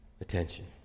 attention